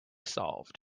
solved